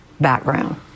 background